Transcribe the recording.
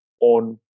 on